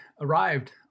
arrived